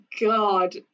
god